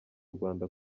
rwanda